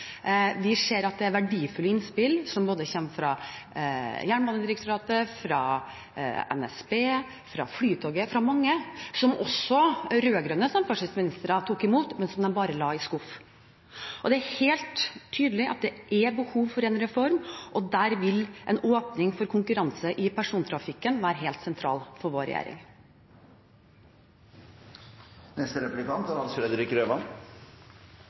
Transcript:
Vi ser at det kommer verdifulle innspill fra Jernbanedirektoratet, fra NSB, fra Flytoget – fra mange – som også rød-grønne samferdselsministere tok imot, men som de bare la i en skuff. Det er helt tydelig at det er behov for en reform, og der vil en åpning for konkurranse i persontrafikken være helt sentralt for vår